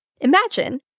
Imagine